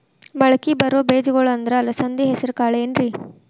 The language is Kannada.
ಮಳಕಿ ಬರೋ ಬೇಜಗೊಳ್ ಅಂದ್ರ ಅಲಸಂಧಿ, ಹೆಸರ್ ಕಾಳ್ ಏನ್ರಿ?